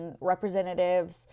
representatives